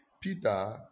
Peter